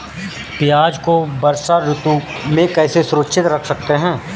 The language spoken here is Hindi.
प्याज़ को वर्षा ऋतु में सुरक्षित कैसे रख सकते हैं?